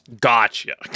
Gotcha